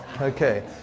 Okay